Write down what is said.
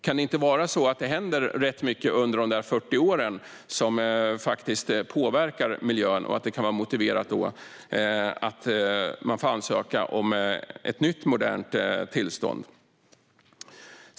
Kan det inte vara så att det händer rätt mycket under dessa 40 år som faktiskt påverkar miljön och att det då kan vara motiverat att man får ansöka om ett nytt, modernt tillstånd?